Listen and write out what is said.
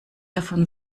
davon